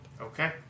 Okay